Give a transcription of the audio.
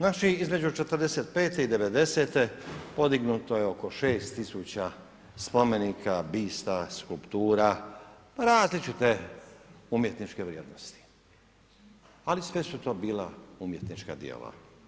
Naši između '45. i '90. podignuto je oko 6 tisuća spomenika, bista, skulptura, različite umjetničke vrijednosti, ali sve su to bila umjetnička djela.